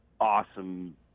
awesome